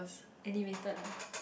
animated ah